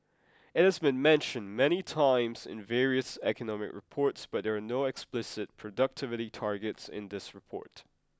it has been mentioned many times in various economic reports but there are no explicit productivity targets in this report